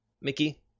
Mickey